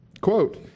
quote